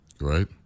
right